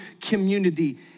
community